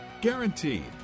Guaranteed